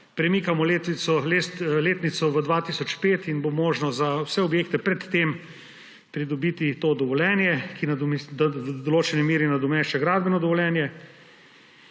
Premikamo letnico v 2005 in bo možno za vse objekte pred tem pridobiti to dovoljenje, ki v določeni meri nadomešča gradbeno dovoljenje.